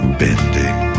bending